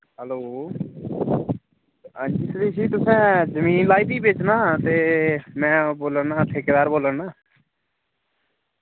hello हां जी सुरेश जी तुसें जमीन लाई दी बेचना ते में ओह् बोला ना ठेकेदार बोला ना